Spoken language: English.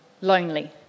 lonely